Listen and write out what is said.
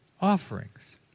offerings